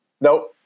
Nope